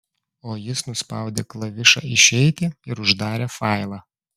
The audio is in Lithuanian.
o jis nuspaudė klavišą išeiti ir uždarė failą